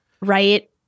Right